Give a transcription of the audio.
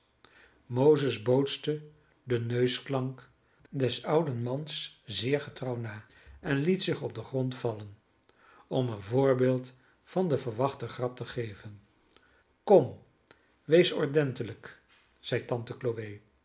mozes bootste den neusklank des ouden mans zeer getrouw na en liet zich op den grond vallen om een voorbeeld van de verwachte grap te geven kom wees ordentelijk zeide tante